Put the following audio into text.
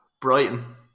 Brighton